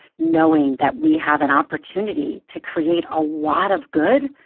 knowing that we have an opportunity to create a lot of good,